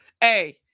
hey